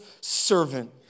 servant